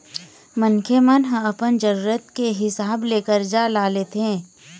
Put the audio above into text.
मनखे मन ह अपन जरुरत के हिसाब ले करजा ल लेथे